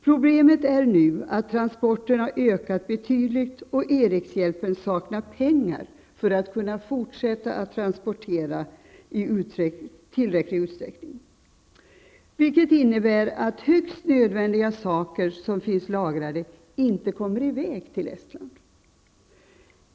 Problemet är nu att behovet av transporter har ökat betydligt, och Erikshjälpen saknar pengar för att kunna transportera i tillräcklig utsträckning. Detta innebär att de högst nödvändiga saker som finns lagrade inte kommer i väg till Estland.